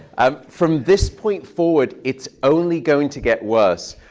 um from this point forward, it's only going to get worse.